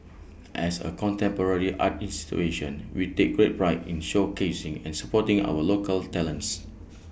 as A contemporary art institution we take great pride in showcasing and supporting our local talents